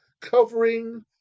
covering